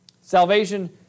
Salvation